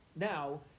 now